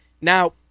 Now